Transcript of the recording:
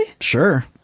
Sure